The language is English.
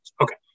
Okay